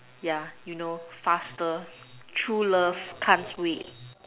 yeah you know faster true love can't wait